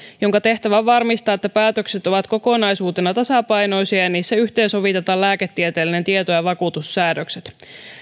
jonka tehtävä on varmistaa että päätökset ovat kokonaisuutena tasapainoisia ja niissä yhteensovitetaan lääketieteellinen tieto ja vakuutussäädökset